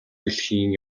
дэлхийн